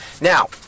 Now